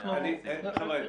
אנחנו --- חבר'ה,